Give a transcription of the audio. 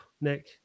Nick